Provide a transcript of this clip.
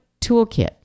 toolkit